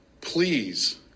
please